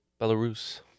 Belarus